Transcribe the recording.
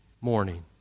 morning